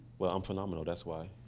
well, i'm phenomenal, that's why.